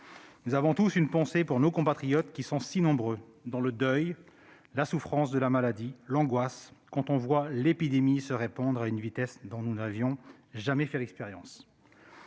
Nous avons tous une pensée pour nos compatriotes qui sont si nombreux dans le deuil, la souffrance de la maladie, l'angoisse, quand on voit l'épidémie se répandre à une vitesse dont nous n'avions jamais fait l'expérience.